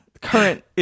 current